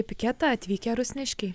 į piketą atvykę rusniškiai